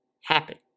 happen